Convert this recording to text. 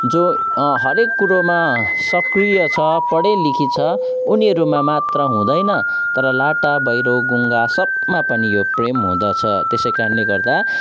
जो हरेक कुरोमा सक्रिय छ पढेलेखी छ उनीहरूमा मात्र हुँदैन तर लाटा बहिरो गुङ्गा सबमा पनि यो प्रेम हुँदछ त्यसैकारणले गर्दा